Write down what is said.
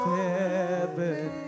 heaven